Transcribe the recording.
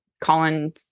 Colin